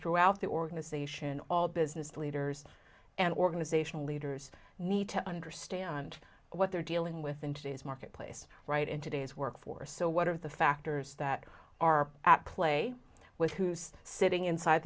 throughout the organization all business leaders and organizational leaders need to understand what they're dealing with in today's marketplace right in today's workforce so what are the factors that are at play with who's sitting inside